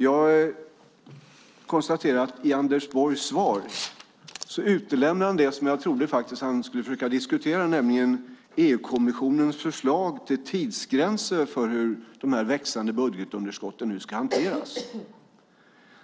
Jag konstaterar att Anders Borg i sitt svar utelämnar det som jag faktiskt trodde att han skulle försöka diskutera, nämligen EU-kommissionens förslag till tidsgränser för hur dessa växande budgetunderskott ska hanteras.